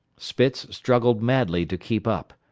spitz struggled madly to keep up.